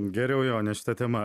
geriau jo ne šita tema